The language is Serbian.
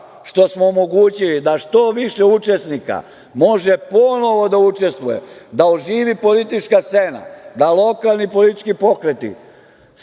što smo omogućili da što više učesnika može ponovo da učestvuje, da oživi politička scena, da lokalni politički pokreti